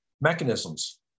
mechanisms